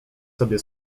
sobie